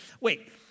Wait